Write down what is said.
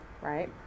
right